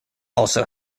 also